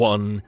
One